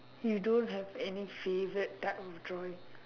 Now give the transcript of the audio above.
you don't have any favourite type of drawing